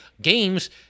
games